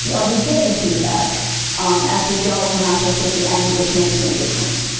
yeah are we getting feedback as we go and not just at the end which makes no difference?